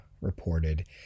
reported